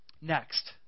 Next